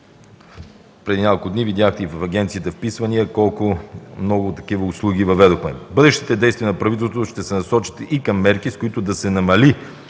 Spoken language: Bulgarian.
Преди няколко дни видяхте и в Агенцията по вписванията колко много такива услуги въведохме. Бъдещите действия на правителството ще се насочат и към мерки, с които да се намали